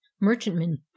merchantmen